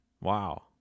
Wow